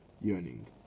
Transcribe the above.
yearning